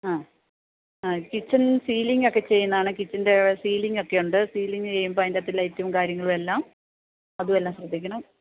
ആ ആ കിച്ചൺ സീലിങ്ങൊക്കെ ചെയ്യുന്നതാണ് കിച്ചൺൻ്റെ സീലിങ്ങ് ഒക്കെയുണ്ട് സീലിങ്ങ് ചെയ്യുമ്പോൾ അതിൻ്റെ അകത്ത് ലൈറ്റും കാര്യങ്ങളും എല്ലാം അതു എല്ലാം ശ്രദ്ധിക്കണം